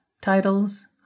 titles